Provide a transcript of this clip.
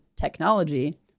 technology